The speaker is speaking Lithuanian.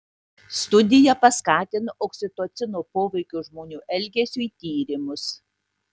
studija paskatino oksitocino poveikio žmonių elgesiui tyrimus